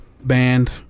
band